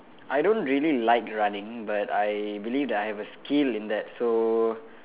I don't really like running but I believe that I have a skill in that so